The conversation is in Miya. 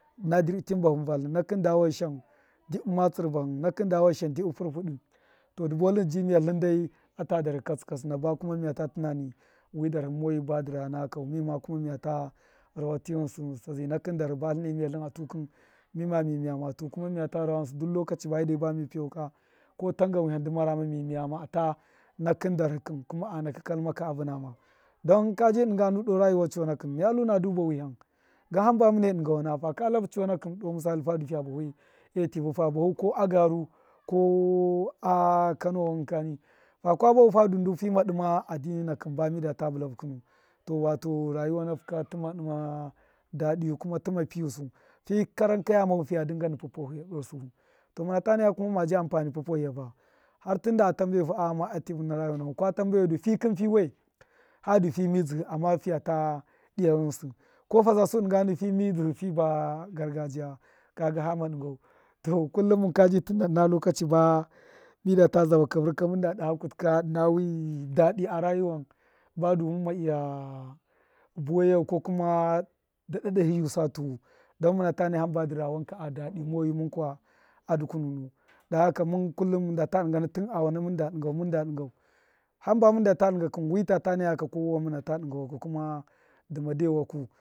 Dṫrbitin bahṫn vatlṫ nakṫn da washashan dṫbṫ matsṫr bahṫn nakṫn da washashan dṫbṫ furfudu to dṫ buwatlṫn dṫ ji miya tlṫn dai ata darhṫ katsṫ katsṫna ba kuma miya ta tṫnani wi darhṫ moyi budṫ ra nakau mima kuma miya ta rawa ghṫnsṫ ta zai nakṫn darhṫ ba tlṫne miyatlṫn mima mi miya ma tu kuma miya ta rawa ghṫnsṫ duk lokachi ba mide bame piyeka ko tan gan wihan dṫ marame mi miyame ata nakṫn darhṫ kṫn kuma anaka kalmika a vṫnama don koji dṫnga nu doo rayuwa chonakṫn miya lu na duba wihan gan hamba mune dṫnga wana faka tlafu chonakṫn doo misali fidu fiya bafee tṫvu fa babu ko agaru ko a kano wankṫn kani faka bahu fadu fima tu dṫma addini inakṫn ba mida ta tula fu kṫnu to wato rayuwa nafu ka lṫma dṫma dadṫyu kuma tṫma piyusu fi karan kaye ghamafu fiya dṫnga papuwa hiya fu doo sṫbṫ to muna ta naya kuma ma ji amfani papuwa hiya fa har tunda a tambe fu a ghama atṫvṫ na rayuwa na fo kwa tambe fu du fi kṫn fi we hadu fi mizdihṫ amma fiya dṫya ghṫnsṫ ko hazasu dṫnga nu fi mizdṫhṫ fudu fi ba gargajiya kaga hama dṫngau to kullum munka bi tuna ṫna lokachi ba mida tu zaba ka vṫrka mun da daha kutṫ ka ṫna wi dadi aryiwan badu mumma iya buwaiyau ko kuma da dadahiyusa tuwu don muna ta naya hṫmba dṫ ra wanka adadi moyu mum kuwa adukununu don haka mun nda ta dṫngana tun awana mun da dṫngana tun awana mun da dṫngau mun da dṫngau hamba mum daita dṫnga kṫn wi tata naya du muna ta dṫnga ndṫ wakṫ kuma dṫma de waku.